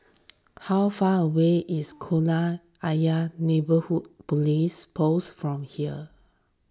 how far away is Kolam Ayer Neighbourhood Police Post from here